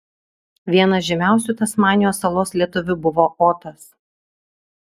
vienas žymiausių tasmanijos salos lietuvių buvo otas